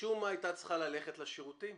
משום מה הייתה צריכה ללכת לשירותים,